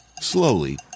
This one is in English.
slowly